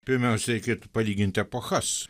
pirmiausia reikėtų palyginti epochas